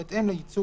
בהתאם לייצוג